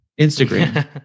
Instagram